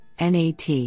NAT